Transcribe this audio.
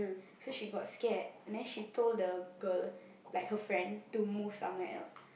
so she got scared and then she told the girl like her friend to move somewhere else